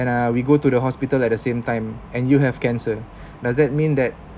and uh we go to the hospital at the same time and you have cancer does that mean that